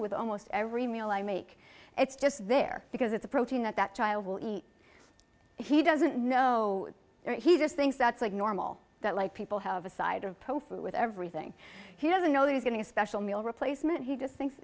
with almost every meal i make it's just there because it's a protein that that child will eat he doesn't know or he just thinks that's like normal that like people have a side of pro food with everything he doesn't know he's going to a special meal replacement he just thinks